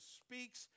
speaks